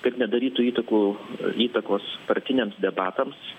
kad nedarytų įtakų įtakos partiniams debatams